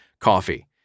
coffee